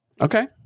Okay